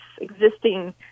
existing